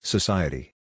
Society